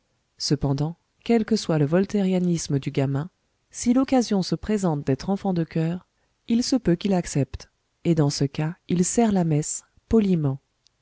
cependant quel que soit le voltairianisme du gamin si l'occasion se présente d'être enfant de choeur il se peut qu'il accepte et dans ce cas il sert la messe poliment